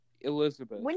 Elizabeth